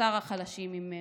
בבשר החלשים ממנו?"